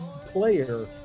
player